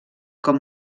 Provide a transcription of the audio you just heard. com